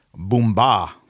Boomba